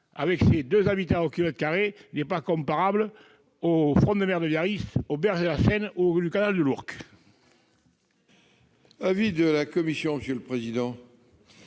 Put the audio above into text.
avec ses deux habitants au kilomètre carré, n'est pas comparable au front de mer de Biarritz et aux berges de la Seine ou du canal de l'Ourcq.